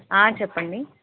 చెప్పండి